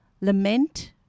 lament